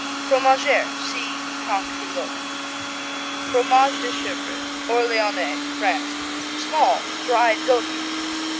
fromagere see canquillote. fromages de chevre orleanais, france small, dried goat-milkers.